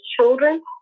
children